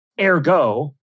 ergo